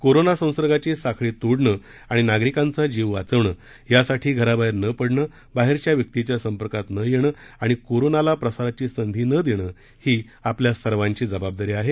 कोरोनासंसर्गाची साखळी तोडणं आणि नागरिकांचा जीव वाचवणं यासाठी घराबाहेर न पडणं बाहेरच्या व्यक्तीच्या संपर्कात न येणं आणि कोरोनाला प्रसाराची संधी न देणं ही आपल्या सर्वांची जबाबदारी आहे